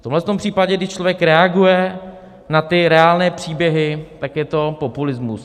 V tomhle případě, když člověk reaguje na ty reálné příběhy, tak je to populismus.